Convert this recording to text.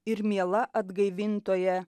ir miela atgaivintoja